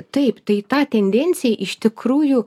taip tai ta tendencija iš tikrųjų